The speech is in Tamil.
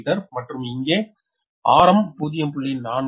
67 மீட்டர் மற்றும் இங்கே ஆரம் 0